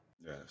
Yes